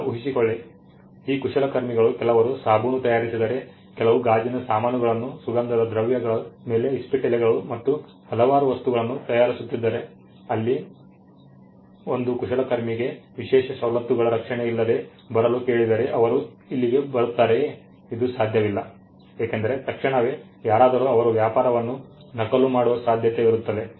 ಈಗ ಊಹಿಸಿಕೊಳ್ಳಿ ಈ ಕುಶಲಕರ್ಮಿಗಳು ಕೆಲವರು ಸಾಬೂನು ತಯಾರಿಸಿದರೆ ಕೆಲವು ಗಾಜಿನ ಸಾಮಾನುಗಳನ್ನು ಸುಗಂಧದ ದ್ರವ್ಯಗಳ ಮೇಲೆ ಇಸ್ಪೀಟೆಲೆಗಳು ಮತ್ತು ಹಲವಾರು ವಸ್ತುಗಳನ್ನು ತಯಾರಿಸುತ್ತಿದ್ದರೆ ಅಲ್ಲಿ ಒಂದು ಕುಶಲಕರ್ಮಿಗೆ ವಿಶೇಷ ಸವಲತ್ತುಗಳ ರಕ್ಷಣೆಯಿಲ್ಲದೆ ಬರಲು ಕೇಳಿದರೆ ಅವರು ಇಲ್ಲಿಗೆ ಬರುತ್ತಾರೆಯೇ ಅದು ಸಾಧ್ಯವಿಲ್ಲ ಏಕೆಂದರೆ ತಕ್ಷಣವೇ ಯಾರಾದರೂ ಅವರ ವ್ಯಾಪಾರವನ್ನು ನಕಲು ಮಾಡುವ ಸಾಧ್ಯತೆವಿರುತ್ತದೆ